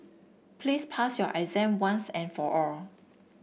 please pass your exam once and for all